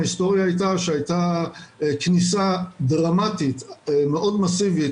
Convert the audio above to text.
ההיסטוריה הייתה שהייתה כניסה דרמטית מאוד מסיבית